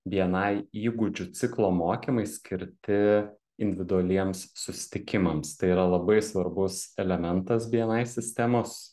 bni įgūdžių ciklo mokymai skirti individualiems susitikimams tai yra labai svarbus elementas bni sistemos